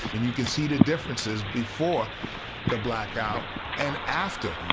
and you can see the differences before the blackout and after